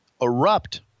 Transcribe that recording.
erupt